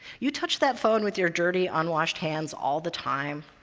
you touch that phone with your dirty, unwashed hands all the time.